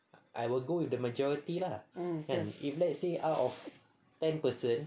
I will go with the majority lah and if let's say out of ten person